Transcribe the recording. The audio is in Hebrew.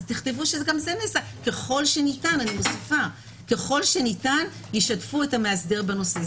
אז תכתבו - ככל שניתן שישתפו את המאסדר בנושא.